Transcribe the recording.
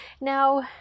Now